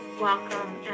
welcome